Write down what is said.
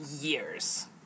years